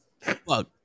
Fuck